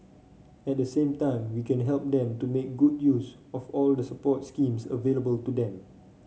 at the same time we can help them to make good use of all the support schemes available to them